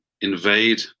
invade